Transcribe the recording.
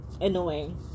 annoying